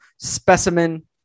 specimen